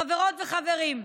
חברות וחברים,